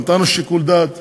נתנו שיקול דעת